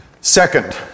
Second